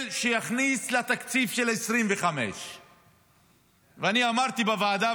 שיכניס לתקציב של 2025. אמרתי בוועדה,